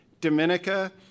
Dominica